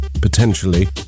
Potentially